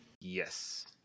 Yes